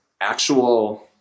actual